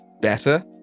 better